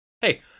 Hey